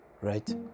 right